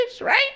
right